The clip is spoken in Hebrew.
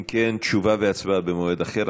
אם כן, תשובה והצבעה במועד אחר.